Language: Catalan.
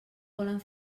volen